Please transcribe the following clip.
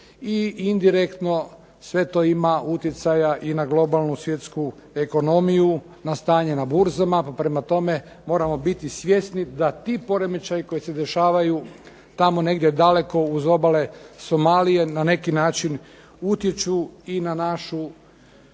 i indirektno sve to ima utjecaja i na globalnu svjetsku ekonomiju, na stanje na burzama. Pa prema tome, moramo biti svjesni da ti poremećaji koji se dešavaju tamo negdje daleko uz obale Somalije na neki način utječu i na našu